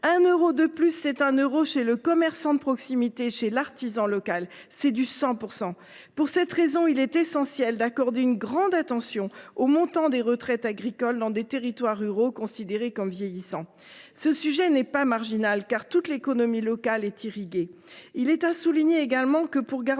1 euro de plus, c’est 1 euro dépensé chez le commerçant de proximité ou l’artisan du coin. C’est du 100 % local. Pour cette raison, il est essentiel d’accorder une grande attention au montant des retraites agricoles dans les territoires ruraux considérés comme vieillissants. Ce sujet n’est pas marginal, car c’est toute l’économie locale qui est irriguée. Il faut souligner également que, pour garder